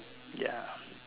ya